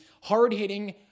hard-hitting